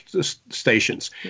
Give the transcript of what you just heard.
stations